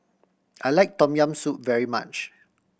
I like Tom Yam Soup very much